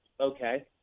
okay